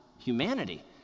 Humanity